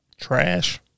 Trash